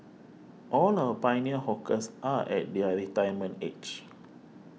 all our pioneer hawkers are at their retirement age